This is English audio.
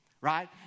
right